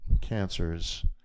cancers